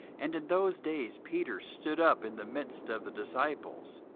and in those days peter stood up in the midst of the disciples,